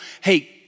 hey